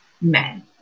men